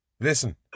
Listen